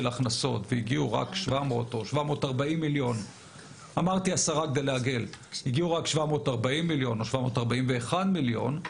והגיעו רק 740 מיליון או 741 מיליון,